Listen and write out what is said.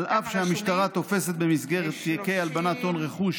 אף שהמשטרה תופסת במסגרת תיקי הלבנת הון רכוש